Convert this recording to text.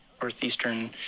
Northeastern